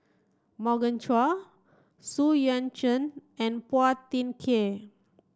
Morgan Chua Xu Yuan Zhen and Phua Thin Kiay